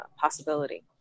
possibility